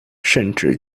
甚至